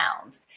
sound